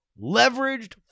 leveraged